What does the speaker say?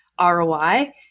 ROI